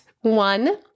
one